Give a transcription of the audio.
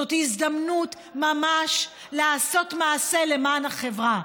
זאת הזדמנות ממש לעשות מעשה למען החברה,